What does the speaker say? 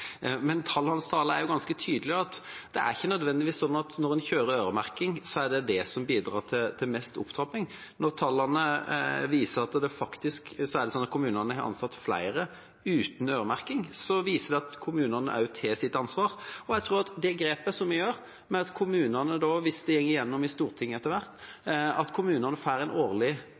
Men tallenes tale er ganske tydelig: Det er ikke nødvendigvis slik at når en kjører øremerking, er det det som bidrar til mest opptrapping. Når tallene faktisk viser at kommunene har ansatt flere uten øremerking, betyr det at kommunene også tar sitt ansvar. Jeg tror at det grepet vi tar med at kommunene, hvis det går gjennom i Stortinget etter hvert, får en årlig